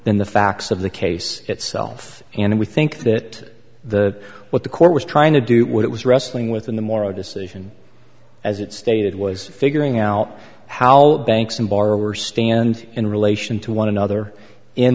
than the facts of the case itself and we think that the what the court was trying to do what it was wrestling with in the morro decision as it stated was figuring out how banks and borrower stand in relation to one another in